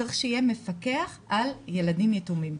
צריך שיהיה מפקח על ילדים יתומים.